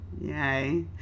Yay